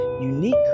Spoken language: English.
unique